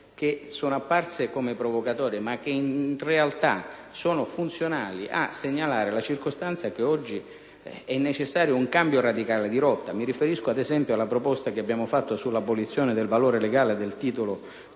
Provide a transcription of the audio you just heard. che sono apparse come provocatorie, ma che in realtà sono funzionali a segnalare la circostanza che oggi è necessario un cambio radicale di rotta. Mi riferisco, ad esempio, alla proposta che abbiamo fatto sull'abolizione del valore legale del titolo